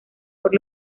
por